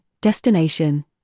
destination